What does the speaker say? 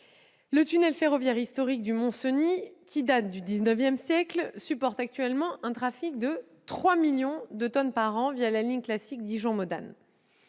Le tunnel ferroviaire historique du Mont-Cenis, qui date du XIX siècle, supporte actuellement un trafic de 3 millions de tonnes par an, la ligne classique Dijon-Modane.